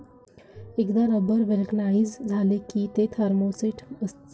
एकदा rubber vulcanise झाले की ते थर्मोसेट असते